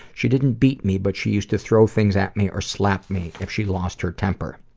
she didn't beat me, but she used to throw things at me, or slap me if she lost her temper.